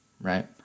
right